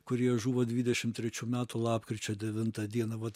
kurie žuvo dvidešim trečių metų lapkričio devintą dieną vat